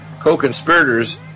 co-conspirators